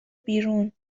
بیرون